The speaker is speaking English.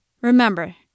Remember